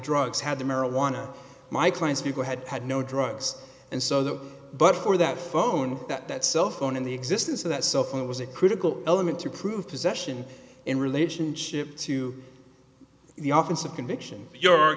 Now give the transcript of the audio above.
drugs had the marijuana my client's people had had no drugs and so that but for that phone that that cell phone in the existence of that cell phone was a critical element to prove possession in relationship to the office of conviction y